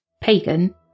pagan